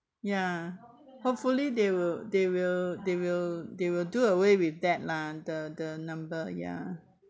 ya hopefully they will they will they will they will do away with that lah the the number ya